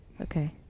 okay